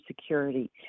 security